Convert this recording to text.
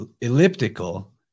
Elliptical